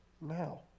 now